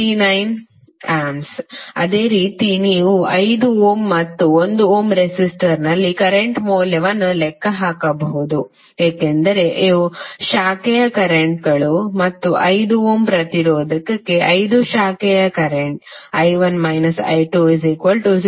539 A ಅದೇ ರೀತಿ ನೀವು 5 ಓಮ್ ಮತ್ತು 1 ಓಮ್ ರೆಸಿಸ್ಟರ್ನಲ್ಲಿ ಕರೆಂಟ್ ಮೌಲ್ಯವನ್ನು ಲೆಕ್ಕ ಹಾಕಬಹುದು ಏಕೆಂದರೆ ಇವು ಶಾಖೆಯ ಕರೆಂಟ್ಗಳು ಮತ್ತು 5 ಓಮ್ ಪ್ರತಿರೋಧಕ್ಕೆ 5 ಶಾಖೆಯ ಕರೆಂಟ್ I1 − I2 0